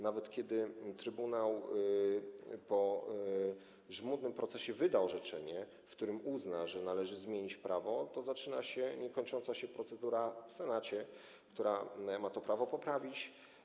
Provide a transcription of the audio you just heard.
Nawet kiedy trybunał po żmudnym procesie wyda orzeczenie, w którym uzna, że należy zmienić prawo, to zaczyna się niekończąca się procedura w Senacie, która ma to prawo poprawić.